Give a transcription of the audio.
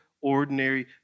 Ordinary